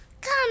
come